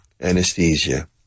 anesthesia